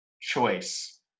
choice